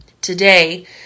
Today